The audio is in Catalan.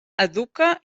educa